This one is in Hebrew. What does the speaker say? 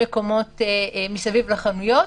במקומות מסביב לחנויות.